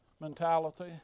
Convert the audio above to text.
mentality